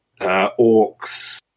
Orcs